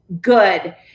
good